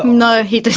um no, he